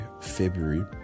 February